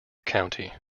county